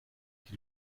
die